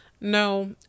no